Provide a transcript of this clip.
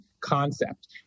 concept